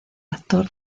actor